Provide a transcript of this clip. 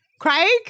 Craig